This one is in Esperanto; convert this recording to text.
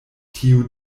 tiu